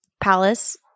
Palace